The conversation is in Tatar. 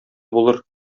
булыр